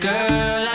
Girl